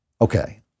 Okay